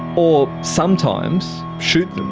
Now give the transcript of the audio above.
or sometimes shoot them.